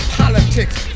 politics